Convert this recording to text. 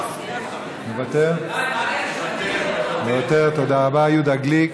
יהודה גליק,